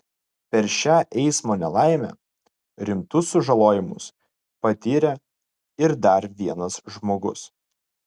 per šią eismo nelaimę rimtus sužalojimus patyrė ir dar vienas žmogus